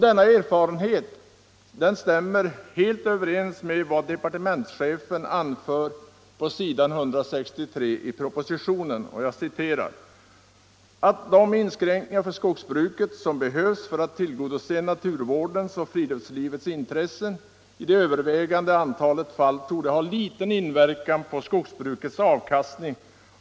Denna erfarenhet stämmer helt överens med vad departementschefen anför på s. 163 i propositionen: ”Jag vill understryka att de inskränkningar för skogsbruket som behövs för att tillgodose naturvårdens och friluftslivets intressen i det övervägande antalet fall torde ha liten inverkan på skogsbrukets avkastning.